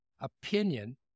opinion